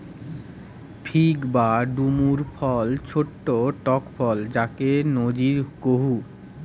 fig বা ডুমুর ফল ছট্ট টক ফল যাকে নজির কুহু